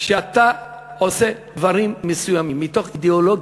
כשאתה עושה דברים מסוימים מתוך אידיאולוגיה,